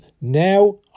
Now